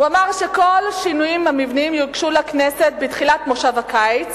הוא אמר: כל השינויים המבניים יוגשו לכנסת בתחילת מושב הקיץ